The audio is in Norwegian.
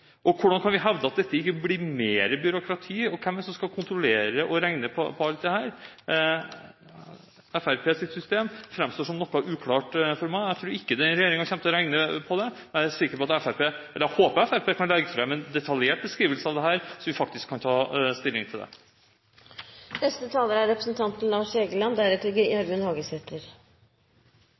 Hvordan kan vi hevde at dette ikke blir mer byråkrati, og hvem er det som skal kontrollere og regne på alt dette? Fremskrittspartiets system fremstår som noe uklart for meg. Jeg tror ikke denne regjeringen kommer til å regne på det, men jeg håper at Fremskrittspartiet kan legge fram en detaljert beskrivelse av dette, så vi faktisk kan ta stilling til det. Jeg har forstått det sånn at representanten